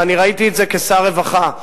ואני ראיתי את זה כשר רווחה,